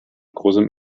großem